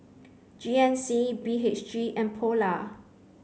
G N C B H G and polar